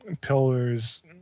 Pillars